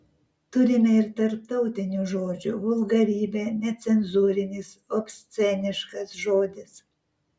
turime ir tarptautinių žodžių vulgarybė necenzūrinis obsceniškas žodis